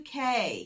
UK